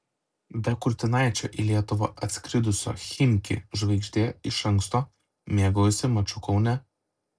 be kurtinaičio į lietuvą atskridusio chimki žvaigždė iš anksto mėgaujasi maču kaune